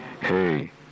Hey